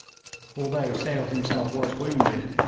although sale himself was wounded,